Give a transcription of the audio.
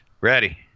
Ready